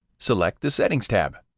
select the settings tab.